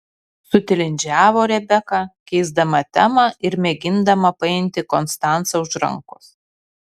sutilindžiavo rebeka keisdama temą ir mėgindama paimti konstancą už rankos